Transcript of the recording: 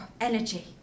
energy